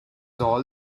all